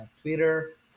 Twitter